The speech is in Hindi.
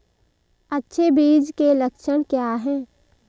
अच्छे बीज के लक्षण क्या हैं?